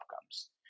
outcomes